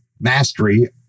mastery